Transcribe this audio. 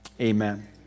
Amen